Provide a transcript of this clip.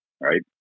Right